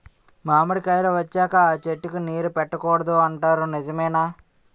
మామిడికాయలు వచ్చాక అ చెట్టుకి నీరు పెట్టకూడదు అంటారు నిజమేనా?